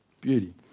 beauty